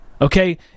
okay